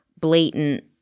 blatant